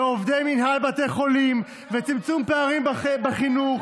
עובדי מינהל בתי חולים, צמצום פערים בחינוך.